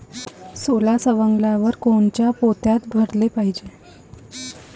सोला सवंगल्यावर कोनच्या पोत्यात भराले पायजे?